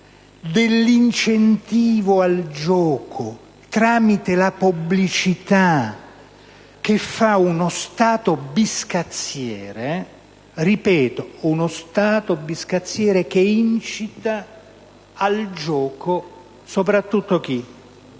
dell'incentivo al gioco tramite la pubblicità fatta da uno Stato biscazziere - ripeto, uno Stato biscazziere - che incita al gioco soprattutto i